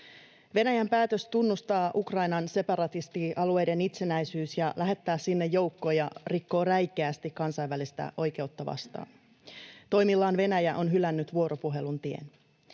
Venäjän päätös tunnustaa Ukrainan separatistialueiden itsenäisyys ja lähettää sinne joukkoja rikkoo räikeästi kansainvälistä oikeutta vastaan. Toimillaan Venäjä on hylännyt vuoropuhelun tien.